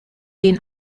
den